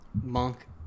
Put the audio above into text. Monk